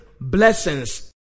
blessings